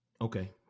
Okay